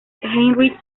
heinrich